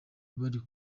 bari